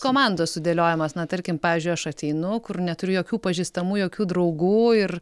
komandos sudėliojimos na tarkim pavyzdžiui aš ateinu kur neturiu jokių pažįstamų jokių draugų ir